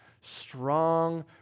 strong